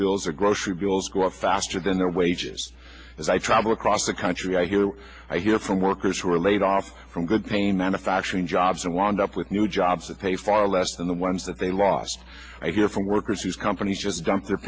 bills or grocery bills go up faster than their wages as i travel across the country i hear what i hear from workers who are laid off from good pain manufacturing job hobson wound up with new jobs that pay far less than the ones that they lost here from workers whose companies just dumped their